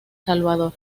salvador